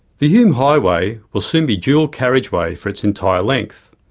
the hume highway will soon be dual carriageway for its entire length,